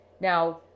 Now